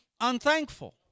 unthankful